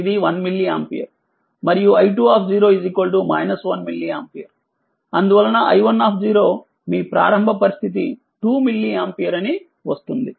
ఇది 1మిల్లిఆంపియర్ మరియుi2 1మిల్లిఆంపియర్ అందువలన i1మీ ప్రారంభ పరిస్థితి2మిల్లిఆంపియర్అని వస్తుంది